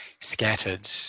scattered